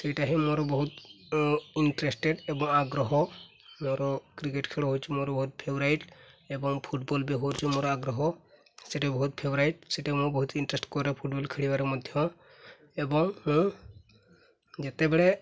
ସେଇଟା ହିଁ ମୋର ବହୁତ ଇଣ୍ଟ୍ରେଷ୍ଟେଡ଼୍ ଏବଂ ଆଗ୍ରହ ମୋର କ୍ରିକେଟ୍ ଖେଳ ହେଉଛି ମୋର ବହୁତ ଫେଭରାଇଟ୍ ଏବଂ ଫୁଟବଲ୍ ବି ହେଉଛି ମୋର ଆଗ୍ରହ ସେଟା ବହୁତ ଫେଭରାଇଟ୍ ସେଟା ମୁଁ ବହୁତ ଇଣ୍ଟ୍ରେଷ୍ଟ୍ କରେ ଫୁଟବଲ୍ ଖେଳିବାରେ ମଧ୍ୟ ଏବଂ ମୁଁ ଯେତେବେଳେ